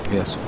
Yes